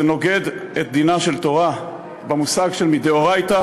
זה נוגד את דינה של תורה במושג של מדאורייתא,